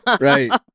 right